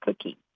cookie